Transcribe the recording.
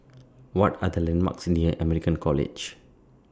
What Are The landmarks near American College